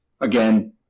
again